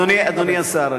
אדוני השר,